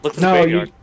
No